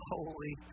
Holy